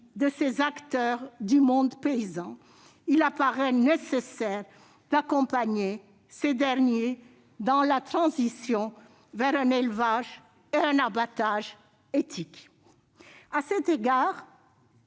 des acteurs du monde paysan, il apparaît nécessaire d'accompagner ces derniers dans la transition vers un élevage et un abattage éthiques. À cet égard,